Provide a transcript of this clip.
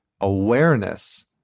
awareness